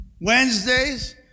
Wednesdays